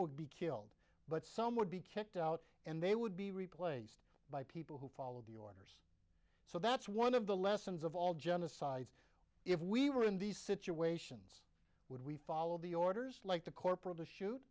would be killed but some would be kicked out and they would be replaced by people who follow the order so that's one of the lessons of all genocides if we were in these situations would we follow the orders like the corporal to shoot